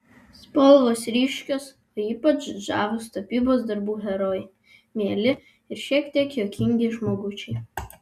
spalvos ryškios o ypač žavūs tapybos darbų herojai mieli ir šiek tiek juokingi žmogučiai